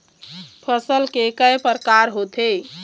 फसल के कय प्रकार होथे?